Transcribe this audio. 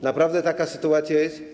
Naprawdę taka sytuacja jest.